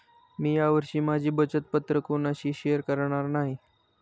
मी या वर्षी माझी बचत पत्र कोणाशीही शेअर करणार नाही